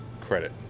credit